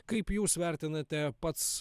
kaip jūs vertinate pats